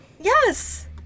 Yes